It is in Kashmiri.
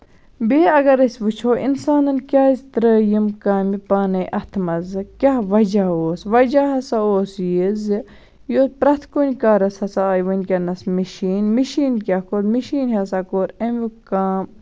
بیٚیہِ اَگر أسۍ وٕچھو اِنسانَن کیازِ ترٲوۍ یِم کامی پانٕے اَتھٕ منٛزٕے کیاہ وَجہہ اوس وجہہ ہسا اوس یہِ زِ یوٚت پرٮ۪تھ کُنہِ کارَس ہسا آیہِ ؤنکیٚنَس مِشیٖن مِشیٖنہِ کیاہ کوٚر مِشیٖنہِ ہسا کوٚر اَمیُک کام